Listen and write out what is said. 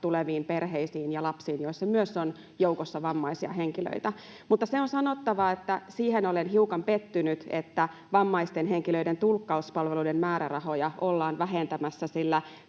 tuleviin perheisiin ja lapsiin, joissa myös on joukossa vammaisia henkilöitä. Mutta se on sanottava, että siihen olen hiukan pettynyt, että vammaisten henkilöiden tulkkauspalveluiden määrärahoja ollaan vähentämässä, sillä